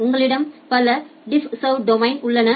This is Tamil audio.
உங்களிடம் பல டிஃப்ஸர்வின் டொமைன்கள் உள்ளன